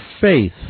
faith